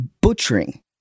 butchering